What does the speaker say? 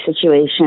situation